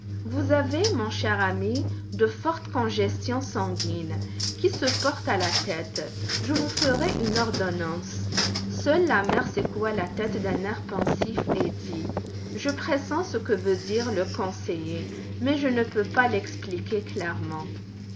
vous avez mon cher ami de fortes congestions sanguines qui se portent à la tête je vous ferai une ordonnance seule la mère secoua la tête d'un air pensif et dit je pressens ce que veut dire le conseiller mais je ne peux pas l'expliquer clairement